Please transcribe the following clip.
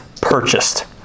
purchased